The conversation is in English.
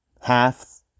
half